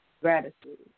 Gratitude